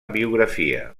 biografia